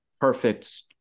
Perfect